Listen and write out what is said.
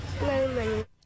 moment